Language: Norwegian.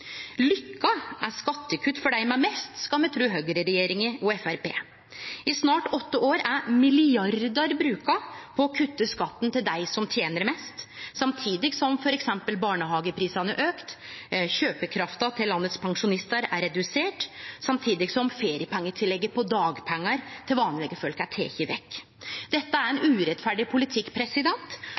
er» skattekutt for dei med mest, skal me tru høgreregjeringa og Framstegspartiet. I snart åtte år er milliardar bruka på å kutte skatten til dei som tener mest, samtidig som f.eks. barnehageprisane har auka, kjøpekrafta til landets pensjonistar er redusert og feriepengetillegget på dagpengar til vanlege folk er teke vekk. Dette er ein urettferdig politikk,